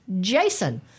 Jason